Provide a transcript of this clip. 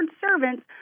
servants